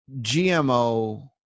GMO